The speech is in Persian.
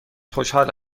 خوشحال